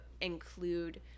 include